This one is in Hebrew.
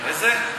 איזה?